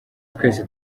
twese